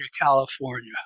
California